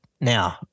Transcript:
Now